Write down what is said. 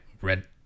red